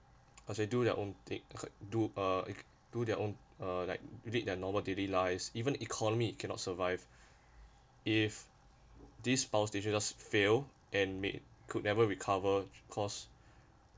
as they do their own tak~ do uh do their own uh like lead their normal daily lives even economy cannot survive if this power station just fail and may could never recover because